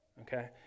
Okay